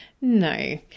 No